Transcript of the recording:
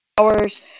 hours